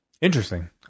Interesting